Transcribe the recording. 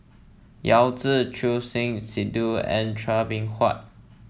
Yao Zi Choor Singh Sidhu and Chua Beng Huat